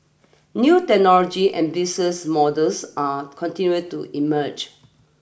new technology and business models are continuing to emerge